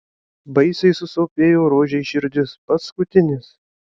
baisiai susopėjo rožei širdis paskutinis